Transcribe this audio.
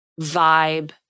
vibe